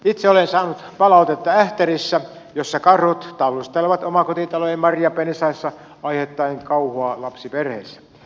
itse olen saanut palautetta ähtärissä jossa karhut tallustelevat omakotitalojen marjapensaissa aiheuttaen kauhua lapsiperheissä